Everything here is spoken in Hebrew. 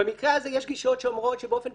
במקרה הזה יש גישות שאומרת שבאופן בסיסי,